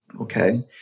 Okay